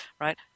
Right